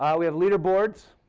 um we have leaderboards.